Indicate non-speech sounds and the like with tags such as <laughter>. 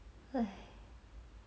<breath>